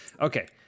okay